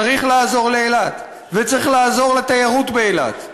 צריך לעזור לאילת וצריך לעזור לתיירות באילת,